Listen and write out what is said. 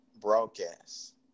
broadcast